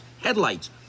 headlights